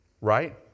Right